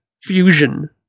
fusion